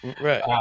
Right